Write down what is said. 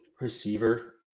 receiver